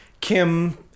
kim